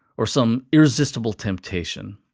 or some irresistible temptation.